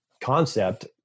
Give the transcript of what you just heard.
concept